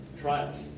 trials